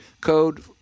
code